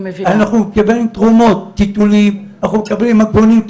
אנחנו מקבלים תרומות, טיטולים, מגבונים,